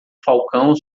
falcão